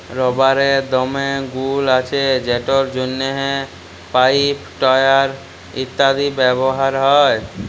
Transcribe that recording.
রাবারের দমে গুল্ আছে যেটর জ্যনহে পাইপ, টায়ার ইত্যাদিতে ব্যাভার হ্যয়